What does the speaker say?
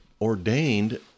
ordained